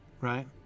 Right